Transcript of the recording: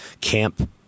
camp